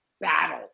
battle